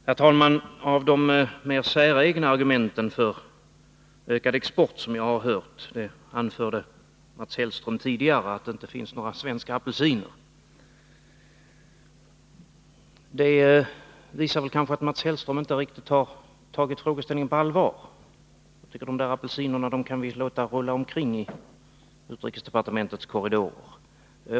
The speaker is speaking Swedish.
Herr talman! Ett av de mer säregna argument för ökad export som jag har hört anförde Mats Hellström tidigare, när han sade att det inte finns några svenska apelsiner. Det visar kanske att Mats Hellström inte riktigt har tagit frågeställningen på allvar. Apelsinerna tycker jag att vi kan låta rulla omkring i utrikesdepartementets korridorer.